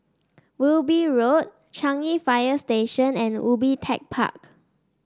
Wilby Road Changi Fire Station and Ubi Tech Park